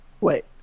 Wait